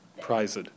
Prized